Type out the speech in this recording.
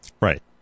right